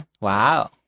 Wow